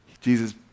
Jesus